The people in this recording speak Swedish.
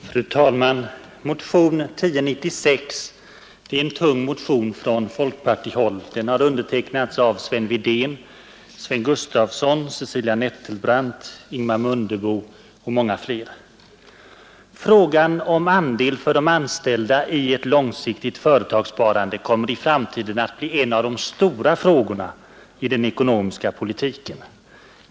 Fru talman! Motionen 1096 är en tung motion från folkpartihåll. Den har undertecknats av Sven Wedén, Sven Gustafson, Cecilia Nettelbrandt, Ingemar Mundebo och många fler. Frågan om andel för de anställda i ett långsiktigt företagssparande kommer i framtiden att bli en av de stora frågorna i den ekonomiska politiken.